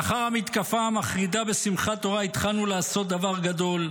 לאחר המתקפה המחרידה בשמחת תורה התחלנו לעשות דבר גדול,